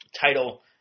title